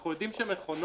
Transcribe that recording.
אנחנו יודעים שמכונות